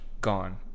Gone